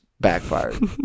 backfired